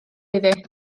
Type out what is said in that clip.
iddi